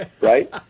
Right